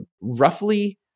roughly